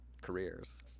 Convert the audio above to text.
careers